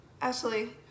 Ashley